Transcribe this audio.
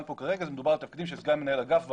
פה כרגע זה מדובר על תפקידים של סגן מנהל אגף ומעלה.